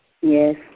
Yes